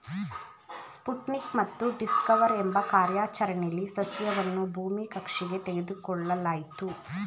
Sputnik ಮತ್ತು Discover ಎಂಬ ಕಾರ್ಯಾಚರಣೆಲಿ ಸಸ್ಯವನ್ನು ಭೂಮಿ ಕಕ್ಷೆಗೆ ತೆಗೆದುಕೊಳ್ಳಲಾಯ್ತು